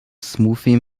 smoothie